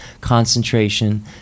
concentration